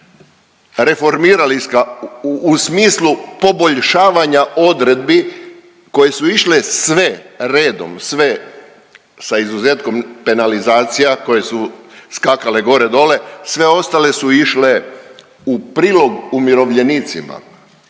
u smislu poboljšavanja odredbi koje su išle sve redom, sve sa izuzetkom penalizacija koje su skakale gore dole, sve ostale su išle u prilog umirovljenicima.